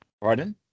Pardon